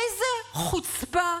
איזו חוצפה,